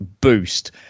boost